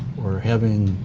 or having,